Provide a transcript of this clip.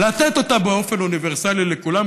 לתת אותה באופן אוניברסלי לכולם,